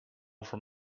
from